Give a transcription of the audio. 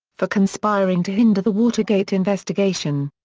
for conspiring to hinder the watergate investigation.